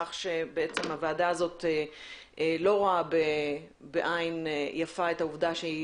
לכך שהוועדה הזאת לא רואה בעין יפה את העובדה שהיא